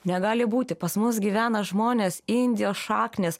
negali būti pas mus gyvena žmonės indijos šaknys